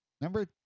Number